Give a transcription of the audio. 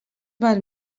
val